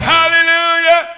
Hallelujah